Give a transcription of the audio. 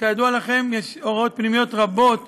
וכידוע לכם יש הוראות פנימיות רבות